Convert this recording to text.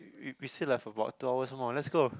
we we still have about two hours more let's go